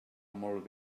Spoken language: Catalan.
molt